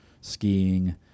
skiing